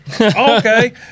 Okay